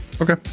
Okay